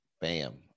bam